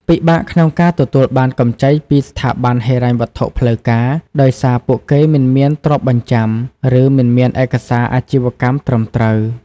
ពិបាកក្នុងការទទួលបានកម្ចីពីស្ថាប័នហិរញ្ញវត្ថុផ្លូវការ ដោយសារពួកគេមិនមានទ្រព្យបញ្ចាំ ឬមិនមានឯកសារអាជីវកម្មត្រឹមត្រូវ ។